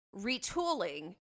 retooling